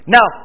Now